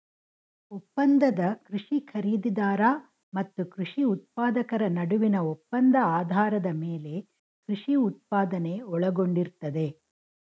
ಒಪ್ಪಂದದ ಕೃಷಿ ಖರೀದಿದಾರ ಮತ್ತು ಕೃಷಿ ಉತ್ಪಾದಕರ ನಡುವಿನ ಒಪ್ಪಂದ ಆಧಾರದ ಮೇಲೆ ಕೃಷಿ ಉತ್ಪಾದನೆ ಒಳಗೊಂಡಿರ್ತದೆ